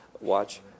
watch